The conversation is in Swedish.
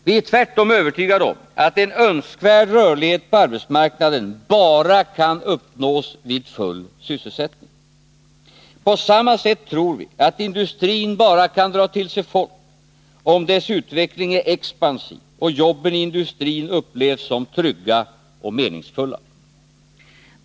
Vi är tvärtom övertygade om att en önskvärd rörlighet på arbetsmarknaden bara kan uppnås vid full sysselsättning. På samma sätt tror vi att industrin bara kan dra till sig folk om dess utveckling är expansiv och jobben i industrin upplevs som trygga och meningsfulla.